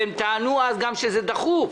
הם טענו אז גם שזה דחוף,